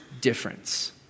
difference